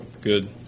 good